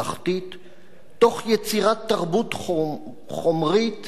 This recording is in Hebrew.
תוך יצירת תרבות חומרית ורוחנית.